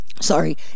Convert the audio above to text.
sorry